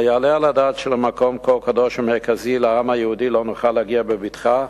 היעלה על הדעת שלמקום כה קדוש ומרכזי לעם היהודי לא נוכל להגיע בבטחה?